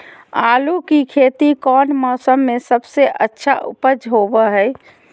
आलू की खेती कौन मौसम में सबसे अच्छा उपज होबो हय?